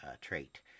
trait